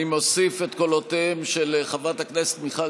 אני מוסיף את קולותיהם של חברת הכנסת מיכל